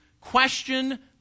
question